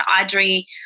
Audrey